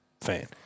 fan